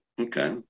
Okay